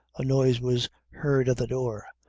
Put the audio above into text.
a noise was heard at the door,